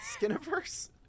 Skiniverse